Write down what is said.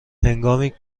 هنگامی